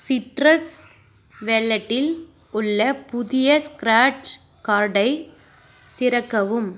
citrus வேலெட்டில் உள்ள புதிய ஸ்க்ராட்ச் கார்டை திறக்கவும்